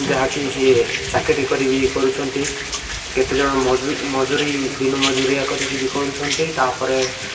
ଯାହାକି ସିଏ ଚାକିର କରିବି କରୁଛନ୍ତି କେତେଜଣ ମଜୁରି ଦିନୁ ମଜୁରିଆ କରିକି ବି କରୁଛନ୍ତି ତା'ପରେ